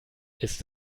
ist